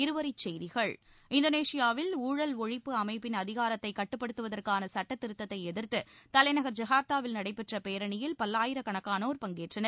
இருவரிச்செய்திகள் இந்தோனேஷியாவில் ஊழல் ஒழிப்பு அமைப்பின் அதிகாரத்தைக் கட்டுப்படுத்துவதற்கான சுட்டத்திருத்ததை எதிர்த்து தலைநகர்ஜகார்த்தாவில் நடைபெற்ற பேரணியில் பல்லாயிரக்கணக்கானோர் பங்கேற்றனர்